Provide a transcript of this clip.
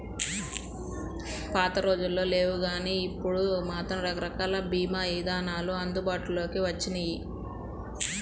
పాతరోజుల్లో లేవుగానీ ఇప్పుడు మాత్రం రకరకాల భీమా ఇదానాలు అందుబాటులోకి వచ్చినియ్యి